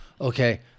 okay